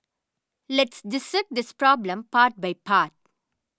let's dissect this problem part by part